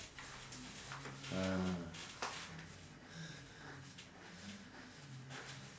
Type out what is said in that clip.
ah